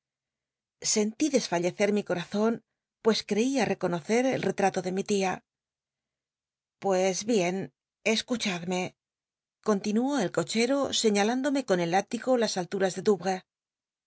sentí desfallecer mi comzon pues creía reconocer el l'ctmto de mi litt pues bien escuchadme continuó el cochero señalándome con el hitigo las al turas do